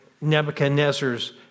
Nebuchadnezzar's